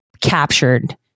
captured